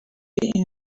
این